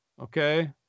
Okay